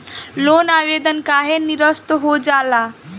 Loan आवेदन काहे नीरस्त हो जाला?